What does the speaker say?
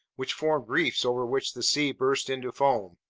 which formed reefs over which the sea burst into foam.